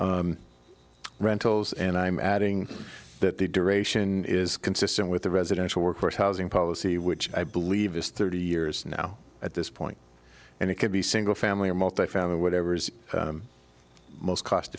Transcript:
rentals and i'm adding that the duration is consistent with the residential workforce housing policy which i believe is thirty years now at this point and it could be single family or multi family whatever is most cost